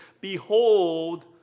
behold